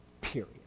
Period